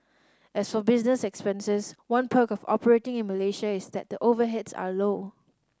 as for business expenses one perk of operating in Malaysia is that the overheads are low